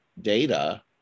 data